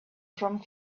from